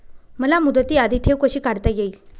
मला मुदती आधी ठेव कशी काढता येईल?